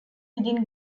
within